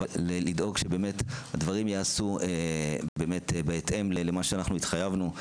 אבל היא תדאג שהדברים ייעשו באמת בהתאם למה שהתחייבנו.